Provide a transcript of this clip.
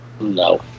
No